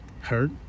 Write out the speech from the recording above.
hurt